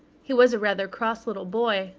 he was a rather cross little boy,